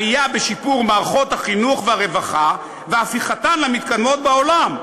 עלייה בשיפור מערכות החינוך והרווחה והפיכתן למתקדמות בעולם,